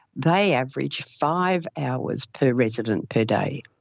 they average five hours per resident per day.